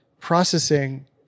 processing